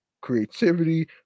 creativity